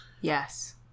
Yes